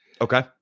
Okay